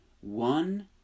one